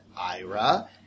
Ira